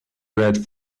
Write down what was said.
red